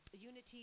unity